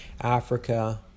Africa